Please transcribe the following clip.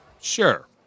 Sure